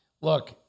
Look